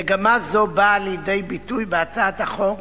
מגמה זו באה לידי ביטוי בהצעת החוק